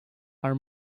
our